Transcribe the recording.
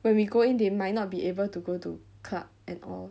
when we go in they might not be able to go to club and all